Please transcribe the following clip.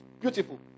Beautiful